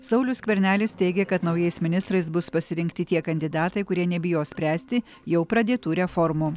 saulius skvernelis teigia kad naujais ministrais bus pasirinkti tie kandidatai kurie nebijo spręsti jau pradėtų reformų